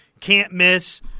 can't-miss